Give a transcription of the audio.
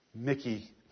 Mickey